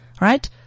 right